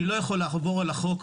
אני לא יכול לעבור על החוק.